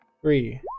three